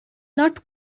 not